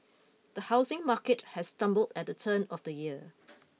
the housing market has stumbled at the turn of the year